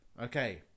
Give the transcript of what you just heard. Okay